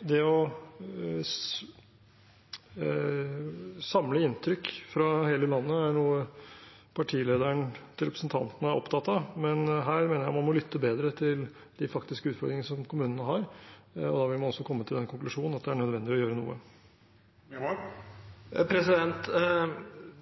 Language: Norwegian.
det å samle inntrykk fra hele landet er noe partilederen til representanten er opptatt av, men her mener jeg man må lytte bedre til de faktiske utfordringene som kommunene har, og da vil man også komme til den konklusjon at det er nødvendig å gjøre noe.